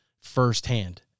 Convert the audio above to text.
firsthand